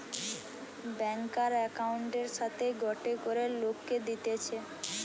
ব্যাংকার একউন্টের সাথে গটে করে লোককে দিতেছে